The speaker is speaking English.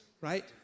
right